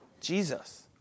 Jesus